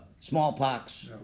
smallpox